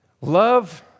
love